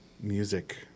Music